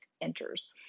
enters